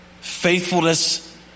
Faithfulness